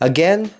Again